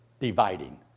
dividing